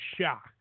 shock